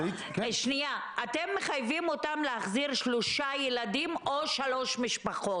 אתם מחייבים אותן להחזיר שלושה ילדים או שלוש משפחות.